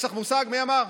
יש לך מושג מי אמר?